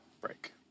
break